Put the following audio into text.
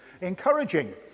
encouraging